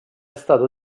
stato